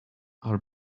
are